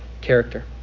character